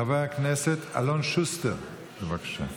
חבר הכנסת אלון שוסטר, בבקשה.